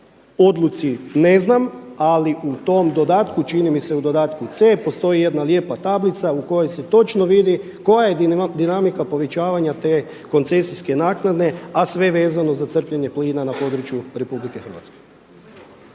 odluci ne znam, ali u tom dodatku, čini mi se u dodatku C postoji jedna lijepa tablica u kojoj se točno vidi koja je dinamika povećavanja te koncesijske naknade, a sve vezano za crpljenje plina na području Republike Hrvatske.